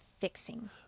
fixing